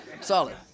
Solid